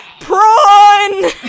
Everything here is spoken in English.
prawn